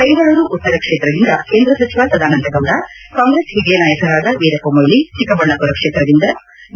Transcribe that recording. ಬೆಂಗಳೂರು ಉತ್ತರ ಕ್ಷೇತ್ರದಿಂದ ಕೇಂದ್ರ ಸಚಿವ ಸದಾನಂದಗೌಡ ಕಾಂಗ್ರೆಸ್ ಹಿರಿಯ ನಾಯಕರಾದ ವೀರಪ್ಪಮೊಯ್ಲಿ ಚಿಕ್ಕಬಳ್ಣಾಮರ ಕ್ಷೇತ್ರದಿಂದ ಬಿ